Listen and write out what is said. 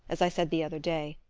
as i said the other day.